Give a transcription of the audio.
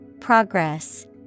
Progress